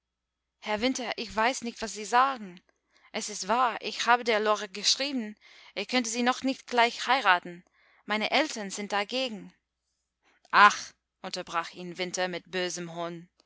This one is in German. herr winter ich weiß nicht was sie sagen es ist wahr ich hab der lore geschrieben ich könnte sie noch nicht gleich heiraten meine eltern sind dagegen ach unterbrach ihn winter mit bösem hohn